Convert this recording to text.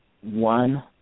one